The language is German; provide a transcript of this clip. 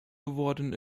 geworden